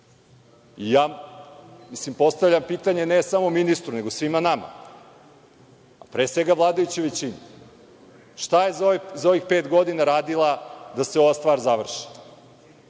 izmena. Postavljam pitanje ne samo ministru, nego svima nama, pre svega vladajućoj većini – šta je za ovih pet godina radila da se ova stvar završi?